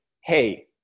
Hey